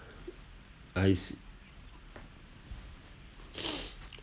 I see